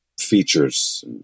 features